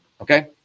okay